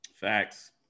Facts